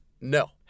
no